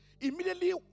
immediately